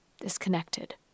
Disconnected